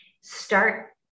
start